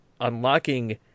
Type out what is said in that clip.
unlocking